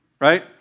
right